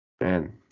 man